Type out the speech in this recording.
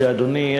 אדוני,